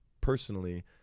personally